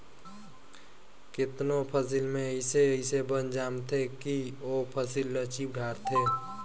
केतनो फसिल में अइसे अइसे बन जामथें कि ओ फसिल ल चीप धारथे